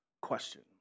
question